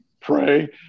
pray